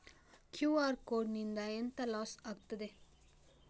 QR code ನಿಂದ ಎಂತ loss ಆಗ್ತದೆ?